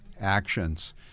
actions